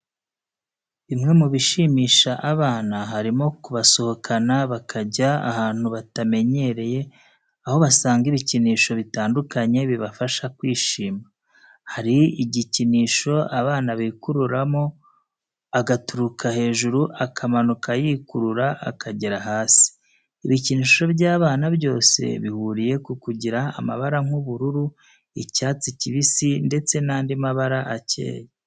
Bimwe mu bishimisha abana harimo kubasohokana bakajya ahantu batamenyereye aho basanga ibikinisho bitandukanye bibafasha kwishima. Hari igikinisho abana bikururamo, agaturuka hejuru akamunuka yikurura akagera hasi. Ibikinisho by'abana byose bihuriye ku kugira amabara nk'ubururu, icyatsi kibisi ndetse n'andi mabara akeye.